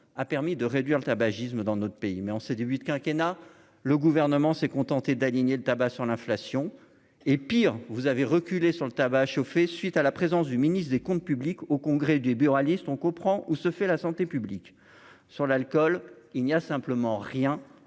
a permis de réduire le tabagisme dans notre pays, mais en ce début de quinquennat le gouvernement s'est contenté d'aligner le tabac sur l'inflation, et pire, vous avez reculé sur le tabac, chauffé, suite à la présence du ministre des Comptes publics au congrès des buralistes, on comprend où se fait la santé publique sur l'alcool, il n'y a simplement rien